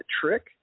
trick